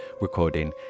recording